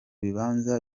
bibanza